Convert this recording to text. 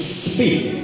speak